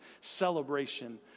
Celebration